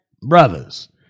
brothers